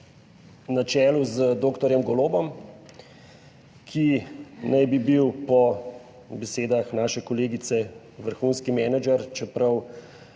na čelu z doktorjem Golobom, ki naj bi bil po besedah naše kolegice vrhunski menedžer, čeprav